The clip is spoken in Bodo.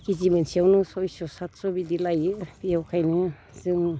केजि मोनसेयावनो सयस' सातस' बिदि लायो बेवहायनो जों